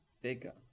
Bigger